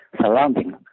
surrounding